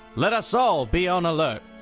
let us all be on alert!